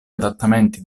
adattamenti